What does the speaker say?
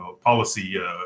policy